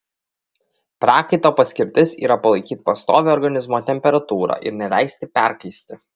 prakaito paskirtis yra palaikyti pastovią organizmo temperatūrą ir neleisti perkaisti